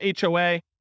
HOA